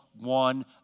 one